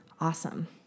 Awesome